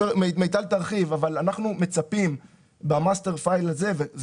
מיטל תרחיב אבל אנחנו מצפים ב- master fileהזה זה